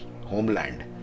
homeland